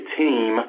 team